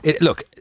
look